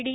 D